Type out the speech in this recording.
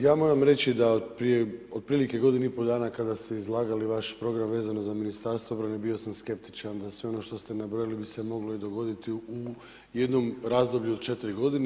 Ja moram reći da otprilike prije godinu i pol dana kada ste izlagali vaš program vezano za Ministarstvo obrane bio sam skeptičan da sve ono što ste nabrojali bi se moglo i dogoditi u jednom razdoblju od četiri godine.